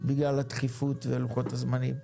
בגלל הדחיפות ולוחות הזמנים.